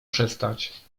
przestać